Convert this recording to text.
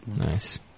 Nice